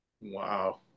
Wow